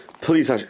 Please